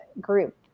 group